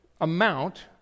amount